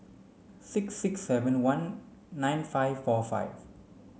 six six seven one nine five four eight